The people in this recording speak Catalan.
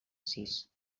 sis